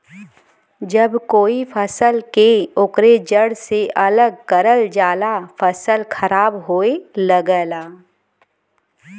जब कोई फसल के ओकरे जड़ से अलग करल जाला फसल खराब होये लगला